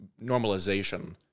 normalization